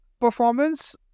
performance